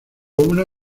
una